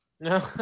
no